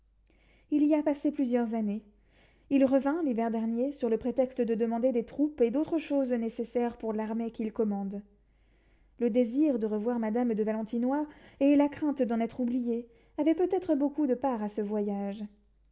il y a passé plusieurs années il revint l'hiver dernier sur le prétexte de demander des troupes et d'autres choses nécessaires pour l'armée qu'il commande le désir de revoir madame de valentinois et la crainte d'en être oublié avait peut-être beaucoup de part à ce voyage